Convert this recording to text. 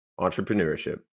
entrepreneurship